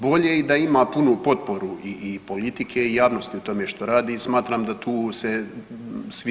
Bolje i da ima punu potporu i politike i javnosti u tome što radi i smatram da tu se svi slažemo.